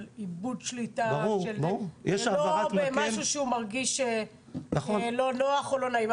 איבוד שליטה ולא במשהו שהוא מרגיש לא נוח או לא נעים.